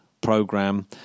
program